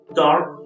dark